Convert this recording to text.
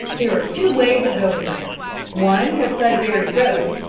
there are two ways of going there one the sudbury road,